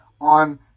on